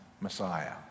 Messiah